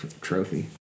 Trophy